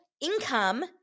income